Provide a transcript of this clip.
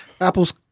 apple's